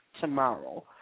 tomorrow